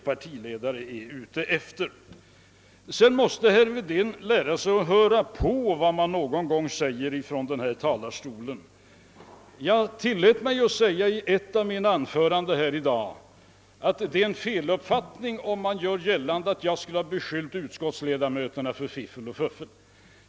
Herr Wedén måste någon gång lära sig att höra på vad jag säger från denna talarstol. Jag tillät mig att i ett av mina anföranden i dag säga att det är en missuppfattning om man vill göra gällande att jag har beskyllt utskottsledamöterna för fiffel och fuffel.